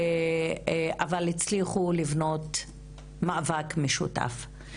אבל הצליחו לבנות מאבק משותף.